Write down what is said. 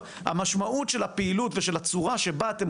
המשמעות של הפעילות ושל הצורה שבה אתם